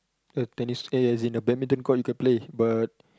a tennis eh as in a badminton court you can play but